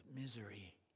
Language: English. misery